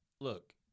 look